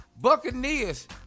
Buccaneers